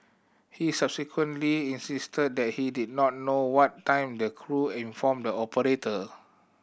he subsequently insisted that he did not know what time the crew informed the operator